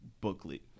booklet